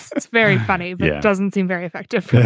it's very funny. yeah, it doesn't seem very effective.